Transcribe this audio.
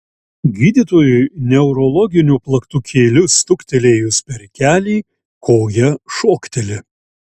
gydytojui neurologiniu plaktukėliu stuktelėjus per kelį koja šokteli